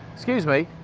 excuse me!